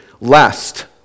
Lest